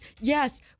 yes